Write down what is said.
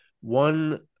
one